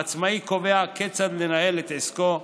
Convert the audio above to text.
העצמאי קובע כיצד לנהל את עסקו,